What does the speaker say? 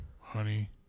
honey